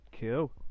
Cool